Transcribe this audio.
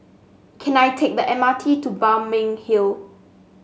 can I take the M R T to Balmeg Hill